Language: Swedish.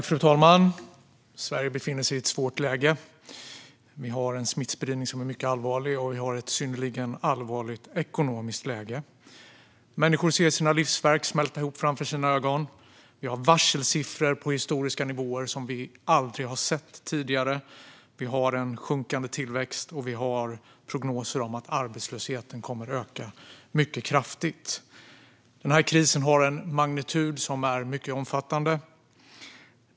Fru talman! Sverige befinner sig i ett svårt läge. Vi har en smittspridning som är mycket allvarlig, och vi har ett synnerligen allvarligt ekonomiskt läge. Människor ser sina livsverk smälta ihop framför deras ögon. Vi har varselsiffror på historiska nivåer som vi aldrig tidigare har sett. Vi har en sjunkande tillväxt och prognoser om att arbetslösheten kommer att öka mycket kraftigt. Krisen har en magnitud som är mycket omfattande.